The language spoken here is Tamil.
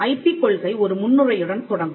ஐபி கொள்கை ஒரு முன்னுரையுடன் தொடங்கும்